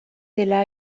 dela